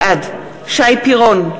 בעד שי פירון,